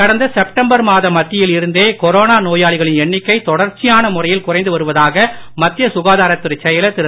கடந்த மே மாதம் மத்தியில் இருந்தே கொரோனா நோயாளியின் எண்ணிக்கை தொடர்ச்சியான முறையில் குறைந்து வருவதாக மத்திய சுகாதாரத்துறைச் செயலர் திரு